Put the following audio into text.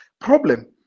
problem